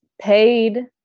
paid